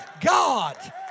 God